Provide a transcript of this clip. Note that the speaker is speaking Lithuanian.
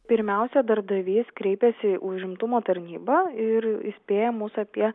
pirmiausia darbdavys kreipiasi į užimtumo tarnybą ir įspėja mus apie